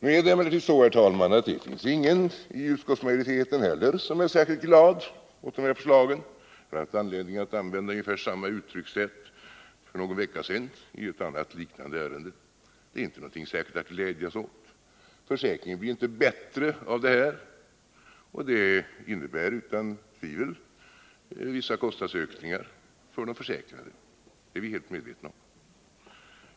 Nu är det emellertid så, herr talman, att det finns ingen i utskottsmajoriteten heller som är särskilt glad för de här förslagen. Jag hade anledning att använda ungefär samma uttryckssätt för någon vecka sedan i ett annat, liknande ärende. Det är ingenting särskilt att glädjas åt. Försäkringen blir inte bättre av det här. Det innebär utan tvivel vissa kostnadsökningar för de försäkrade — det är vi helt medvetna om.